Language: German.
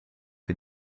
wir